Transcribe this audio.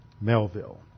Melville